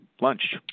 lunch